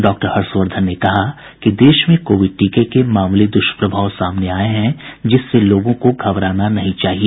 doctor Harshvardhan ने कहा कि देश में कोविड टीके के मामूली दुष्प्रभाव सामने आए हैं जिससे लोगों को घबराना नहीं चाहिए